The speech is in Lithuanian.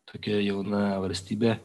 tokia jauna valstybė